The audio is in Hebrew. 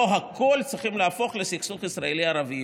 לא הכול צריך להפוך לסכסוך ישראלי ערבי,